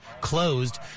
closed